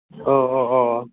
औ औ अ अ